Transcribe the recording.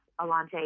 Alante